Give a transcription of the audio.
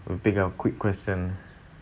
we'll pick our quick question